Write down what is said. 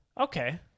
Okay